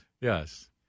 Yes